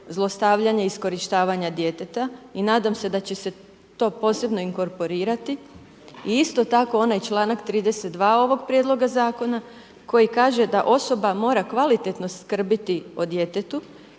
zlostavljanja i iskorištavanja djeteta i nadam se da će to posebno inkorporirati i isto tako onaj članak 32. ovog prijedlog zakona koji kaže da osoba mora kvalitetno skrbiti o djetetu